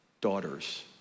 daughters